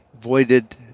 voided